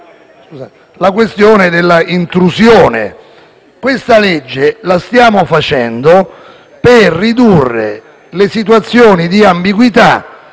la questione dell'intrusione. Questa legge la stiamo approvando per ridurre le situazioni di ambiguità